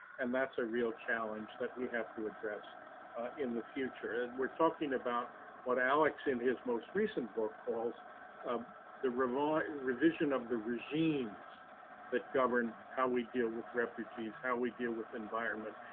and that's a real challenge that we have to address in the future. and we're talking about what alex in his most recent book calls um the revision revision of the regimes that govern how we deal with refugees, how we deal with environment,